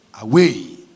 Away